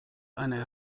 eine